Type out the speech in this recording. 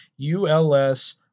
ULS